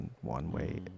one-way